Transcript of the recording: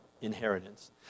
inheritance